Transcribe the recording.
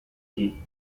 key